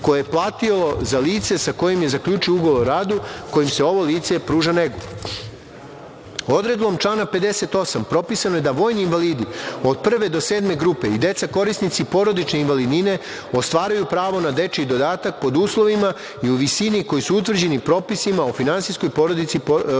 koje je platio za lice sa kojim je zaključio ugovor o radu, kojim se ovom licu pruža nega. Odredbom člana 58, propisano je da vojni invalidi od prve do sedme grupe i deca korisnici porodične invalidnine ostvaruju pravo na dečiji dodatak, pod uslovima i u visini koji su utvrđeni propisima o finansijskoj podršci porodicama